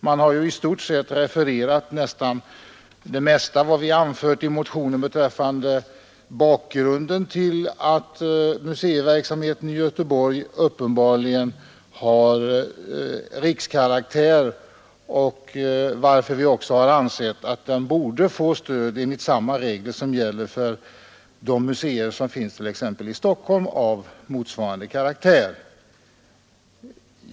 Man har refererat det mesta av vad vi anfört i motionen beträffande bakgrunden till att museiverksamheten i Göteborg uppenbarligen har rikskaraktär, varför vi också har ansett att den borde få stöd enligt samma regler som gäller för de museer av motsvarande karaktär som finns exempelvis i Stockholm.